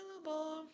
available